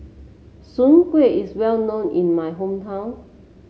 Soon Kuih is well known in my hometown